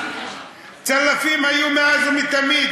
צלפים היו מאז ומתמיד.